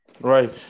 Right